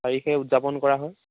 তাৰিখে উদযাপন কৰা হয়